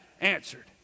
answered